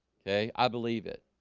ok, i believe it.